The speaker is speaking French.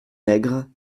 nègre